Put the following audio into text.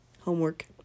Homework